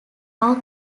are